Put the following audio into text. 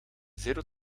zéro